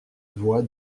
voie